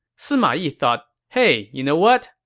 sima yi thought hey you know what,